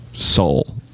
Soul